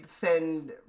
send